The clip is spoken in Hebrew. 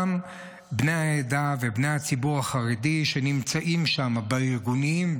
בני העדה ובני הציבור החרדי שנמצאים שם בארגונים,